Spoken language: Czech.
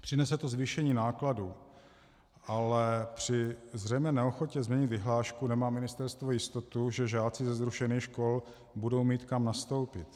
Přinese to zvýšení nákladů, ale při zřejmé neochotě změnit vyhlášku nemá ministerstvo jistotu, že žáci ze zrušených škol budou mít kam nastoupit.